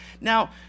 Now